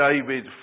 David